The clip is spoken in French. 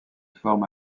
forme